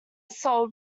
soul